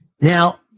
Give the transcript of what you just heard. Now